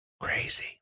crazy